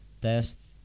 Test